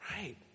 Right